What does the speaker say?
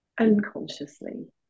unconsciously